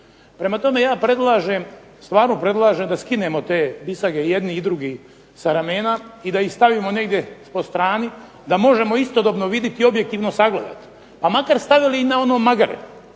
predlažem, stvarno predlažem da skinemo te bisage jedni i drugi sa ramena i da ih stavimo negdje postrani da možemo istodobno vidjeti i objektivno sagledati pa makar stavili i na ono magare